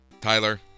Tyler